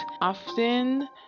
often